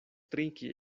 trinki